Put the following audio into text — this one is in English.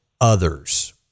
others